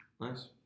Nice